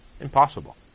Impossible